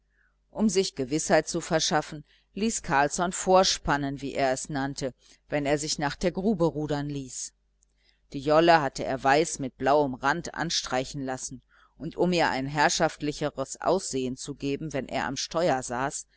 um sich gewißheit zu verschaffen ließ carlsson vorspannen wie er es nannte wenn er sich nach der grube rudern ließ die jolle hatte er weiß mit blauem rand anstreichen lassen und um ihr ein herrschaftlicheres aussehen zu geben wenn er am steuer saß